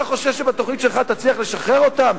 אתה חושב שבתוכנית שלך תצליח לשחרר אותן?